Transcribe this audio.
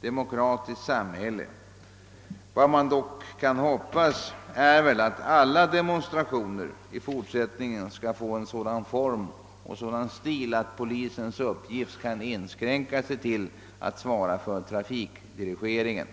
demokratiskt samhälle. Vad man dock kan hoppas är att alla demonstrationer i fortsättningen skall få en sådan form och stil, att polisens uppgift kan inskränkas till att svara för trafikdirigeringen.